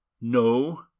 No